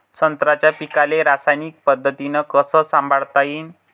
संत्र्याच्या पीकाले रासायनिक पद्धतीनं कस संभाळता येईन?